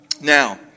now